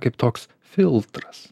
kaip toks filtras